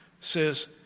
says